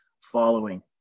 following